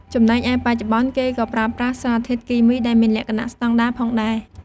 ចំណែកឯបច្ចុប្បន្ន គេក៏ប្រើប្រាស់សារធាតុគីមីដែលមានលក្ខណៈស្តង់ដារផងដែរ។